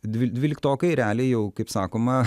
dvi dvyliktokai realiai jau kaip sakoma